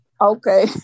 okay